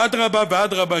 אדרבה ואדרבה,